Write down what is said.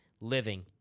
living